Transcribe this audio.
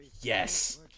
yes